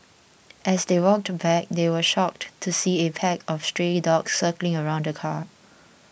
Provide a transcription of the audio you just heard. as they walked back they were shocked to see a pack of stray dogs circling around the car